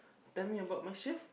tell me about myself